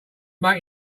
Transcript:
make